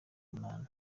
munani